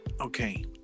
okay